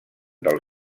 del